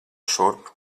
šurp